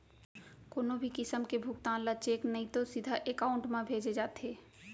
कोनो भी किसम के भुगतान ल चेक नइ तो सीधा एकाउंट म भेजे जाथे